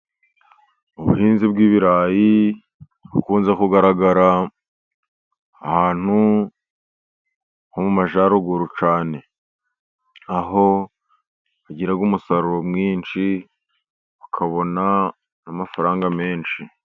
Ubuhinzi bw'ibirayi, bukunze kugaragara ahantu ho mu majyaruguru cyane. Aho bagira umusaruro mwinshi, ukabona n'amafaranga menshi.